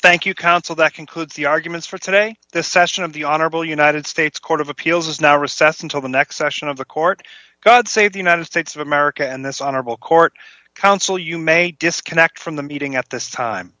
thank you council that concludes the arguments for today the session of the honorable united states court of appeals is now recess until the next session of the court god save the united states of america and this honorable court counsel you may disconnect from the meeting at this time